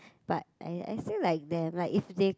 but I I feel like there might if they